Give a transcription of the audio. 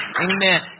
Amen